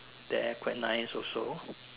there quite nice also